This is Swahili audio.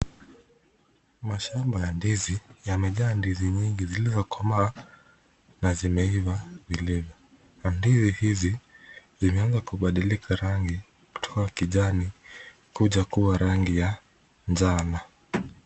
Mashamba ya ndizi yamejaa ndizi nyingi zilizokomaa na zimeiva vilivyo. Mandizi hizi zimeanza kubadilika rangi kutoka kijani kuja kuwa rangi ya njano.